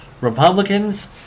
Republicans